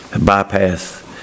bypass